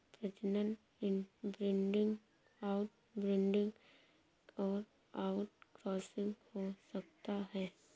प्रजनन inbreeding, outbreeding और outcrossing हो सकता है